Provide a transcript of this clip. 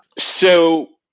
so,